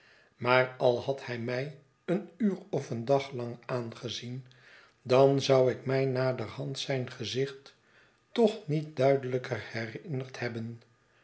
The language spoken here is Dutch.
maar al had hij mij een uur of een dag lang aangezien dan zou ik mij naderhand zijn gezicht toch niet duidelijker herinnerd hebben